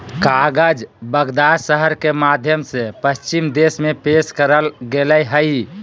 कागज बगदाद शहर के माध्यम से पश्चिम देश में पेश करल गेलय हइ